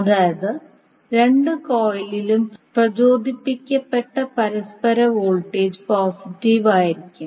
അതായത് രണ്ട് കോയിലിലും പ്രചോദിപ്പിക്കപ്പെട്ട പരസ്പര വോൾട്ടേജ് പോസിറ്റീവ് ആയിരിക്കും